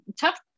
tough